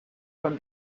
from